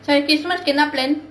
so if christmas cannot plan